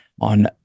on